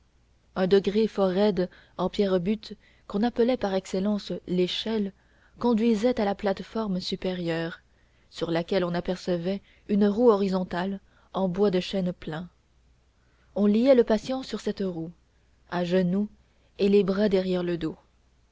un degré fort roide en pierre brute qu'on appelait par excellence l'échelle conduisait à la plate-forme supérieure sur laquelle on apercevait une roue horizontale en bois de chêne plein on liait le patient sur cette roue à genoux et les bras derrière le dos